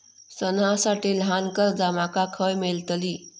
सणांसाठी ल्हान कर्जा माका खय मेळतली?